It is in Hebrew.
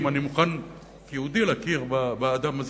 אם אני מוכן כיהודי להכיר באדם הזה